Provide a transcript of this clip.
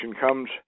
comes